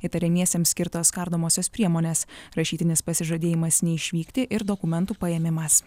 įtariamiesiems skirtos kardomosios priemonės rašytinis pasižadėjimas neišvykti ir dokumentų paėmimas